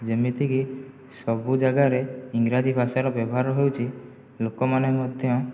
ଯେମିତିକି ସବୁ ଜାଗାରେ ଇଂରାଜୀ ଭାଷାର ବ୍ୟବହାର ହେଉଛି ଲୋକମାନେ ମଧ୍ୟ